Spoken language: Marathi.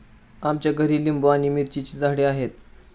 आमच्या घरी लिंबू आणि मिरचीची झाडे आहेत